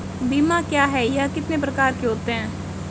बीमा क्या है यह कितने प्रकार के होते हैं?